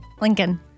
Lincoln